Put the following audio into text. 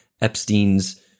Epstein's